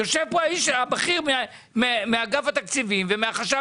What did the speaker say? יושב כאן האיש הבכיר מאגף התקציבים ומהחשב